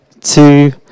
two